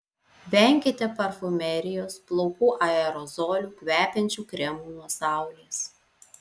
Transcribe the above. venkite parfumerijos plaukų aerozolių kvepiančių kremų nuo saulės